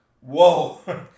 whoa